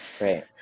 right